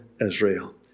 Israel